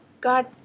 God